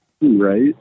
Right